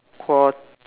quart~